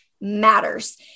matters